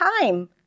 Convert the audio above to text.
time